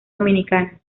dominicana